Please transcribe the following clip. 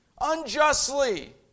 unjustly